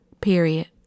period